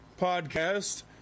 podcast